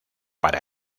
para